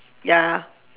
ya